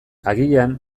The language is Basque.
agian